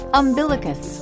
umbilicus